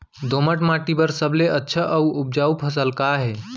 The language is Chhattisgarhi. दोमट माटी बर सबले अच्छा अऊ उपजाऊ फसल का हे?